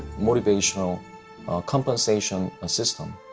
motivational compensation ah system.